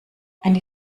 eine